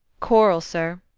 korl, sir.